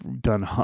done